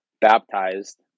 baptized